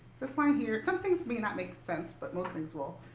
this line here some things may not make sense, but most things will.